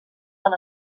bon